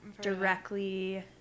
directly